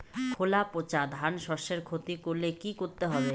খোলা পচা ধানশস্যের ক্ষতি করলে কি করতে হবে?